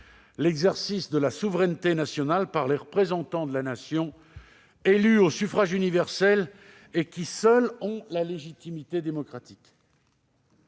l'exercice de la souveraineté nationale par les représentants de la Nation élus au suffrage universel et qui, seuls, ont la légitimité démocratique.